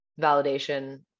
validation